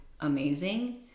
amazing